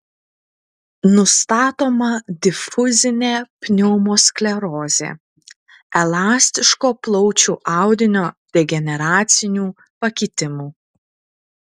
nustatoma difuzinė pneumosklerozė elastiško plaučių audinio degeneracinių pakitimų